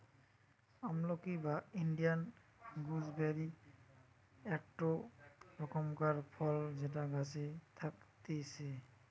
আমলকি বা Indian gooseberry একটো রকমকার ফল যেটা গাছে থাকতিছে